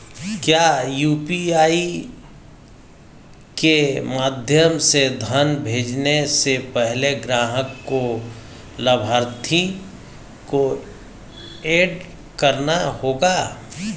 क्या यू.पी.आई के माध्यम से धन भेजने से पहले ग्राहक को लाभार्थी को एड करना होगा?